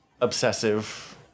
obsessive